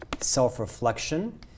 self-reflection